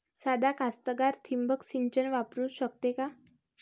सादा कास्तकार ठिंबक सिंचन वापरू शकते का?